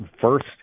first